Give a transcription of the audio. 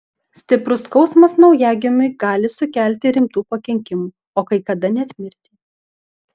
stiprus skausmas naujagimiui gali sukelti rimtų pakenkimų o kai kada net mirtį